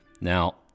Now